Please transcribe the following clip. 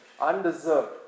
undeserved